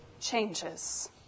changes